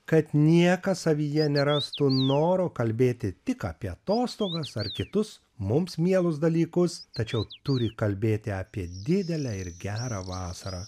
kad niekas savyje nerastų noro kalbėti tik apie atostogas ar kitus mums mielus dalykus tačiau turi kalbėti apie didelę ir gerą vasarą